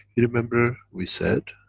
you remember we said,